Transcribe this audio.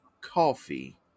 Coffee